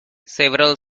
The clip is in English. several